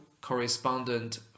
correspondent